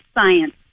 science